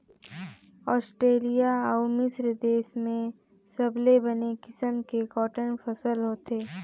Australia अउ मिस्र देस में सबले बने किसम के कॉटन फसल होथे